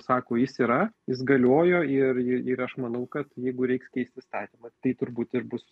sako jis yra jis galiojo ir ir ir aš manau kad jeigu reiks keist įstatymą tai turbūt ir bus